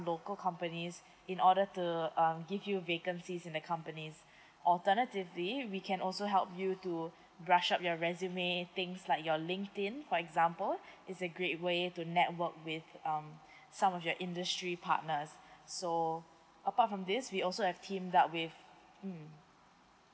local companies in order to um give you vacancies in the companies alternatively we can also help you to brush up your resume things like your linkedin for example it's a great way to network with um some of your industry partners so apart from this we also have teamed up with mm